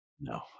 No